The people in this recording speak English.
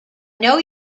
know